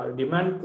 demand